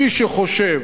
מי שחושב